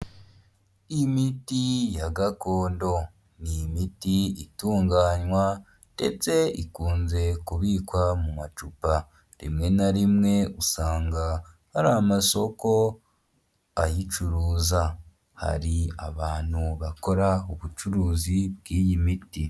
Imiti ya gakondo ni imiti itunganywa ndetse ikunze kubikwa mu macupa, rimwe na rimwe usanga hari amasoko ayicuruza, hari abantu bakora ubucuruzi bw'iyi miti.